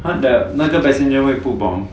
what the 那个 passenger 会 put bomb